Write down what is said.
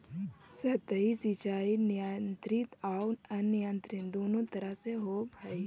सतही सिंचाई नियंत्रित आउ अनियंत्रित दुनों तरह से होवऽ हइ